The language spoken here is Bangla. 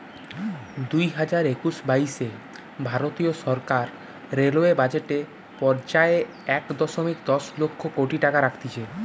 দুইহাজার একুশ বাইশে ভারতীয় সরকার রেলওয়ে বাজেট এ পর্যায়ে এক দশমিক দশ লক্ষ কোটি টাকা রাখতিছে